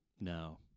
No